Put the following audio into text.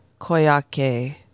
Koyake